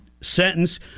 sentence